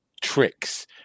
tricks